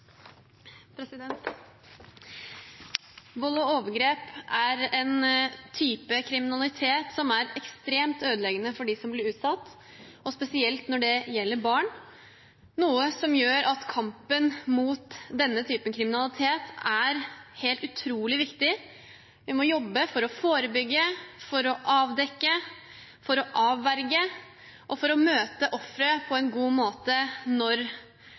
Vold og overgrep er en type kriminalitet som er ekstremt ødeleggende for dem som blir utsatt for det, spesielt når det gjelder barn, noe som gjør at kampen mot denne typen kriminalitet er helt utrolig viktig. Vi må jobbe for å forebygge, for å avdekke, for å avverge og for å møte ofre på en god måte når